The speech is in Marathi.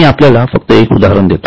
मी आपल्याला फक्त एक उदाहरण देतो